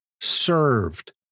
served